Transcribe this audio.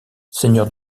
seigneur